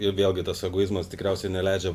ir vėlgi tas egoizmas tikriausiai neleidžia